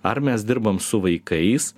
ar mes dirbam su vaikais